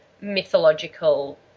mythological